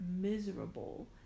miserable